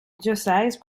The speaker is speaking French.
diocèse